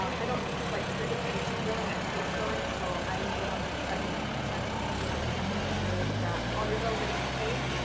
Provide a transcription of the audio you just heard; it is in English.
um i don't, like, specifically do billing. i fix billing, so i'm the one that's fighting with the insurance companies making sure that all your bills are getting paid.